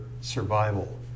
survival